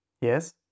Yes